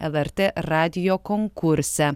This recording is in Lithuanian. lrt radijo konkurse